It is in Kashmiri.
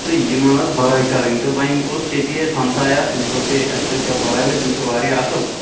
تہٕ یِمَن ٲسۍ برٲے کَرٕنۍ تہٕ وۄنۍ اوس ییٚتی اَسہِ ہمساے اَکھ أمۍ دوٚپ ہے اَسہِ ٲسۍ یَوٕ براے وٲلۍ تِم چھِ واریاہ اَصٕل